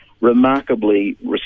remarkably